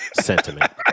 sentiment